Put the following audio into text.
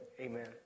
amen